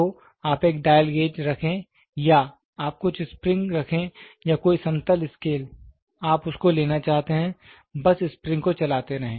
तो आप एक डायल गेज रखें या आप कुछ स्प्रिंग रखें या कोई समतल स्केल आप उसको लेना चाहते हैं बस स्प्रिंग को चलाते रहें